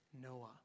Noah